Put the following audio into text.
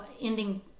ending